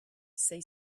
say